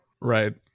right